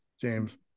james